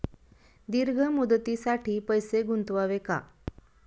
दीर्घ मुदतीसाठी पैसे गुंतवावे का?